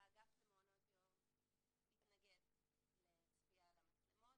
האגף למעונות יום התנגד לצפייה במצלמות,